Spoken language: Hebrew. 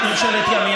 ימין.